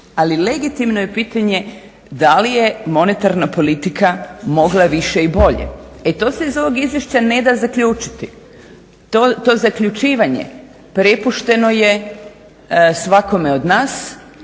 ali legitimno je pitanje da li je monetarna politika mogla više i bolje. E to se iz ovog izvješća neda zaključiti. To zaključivanje prepušteno je svakome od nas.